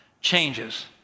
changes